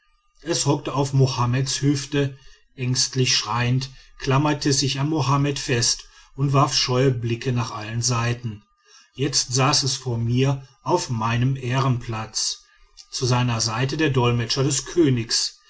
es hockte auf mohammeds hüfte ängstlich schreiend klammerte es sich an mohammed fest und warf scheue blicke nach allen seiten jetzt saß es vor mir auf meinem ehrenplatz zu seiner seite der dolmetsch des königs